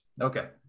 Okay